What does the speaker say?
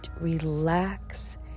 relax